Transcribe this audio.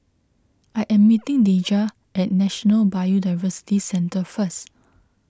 I am meeting Deja at National Biodiversity Centre first